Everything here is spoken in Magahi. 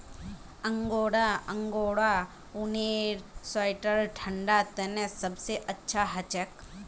अंगोरा अंगोरा ऊनेर स्वेटर ठंडा तने सबसे अच्छा हछे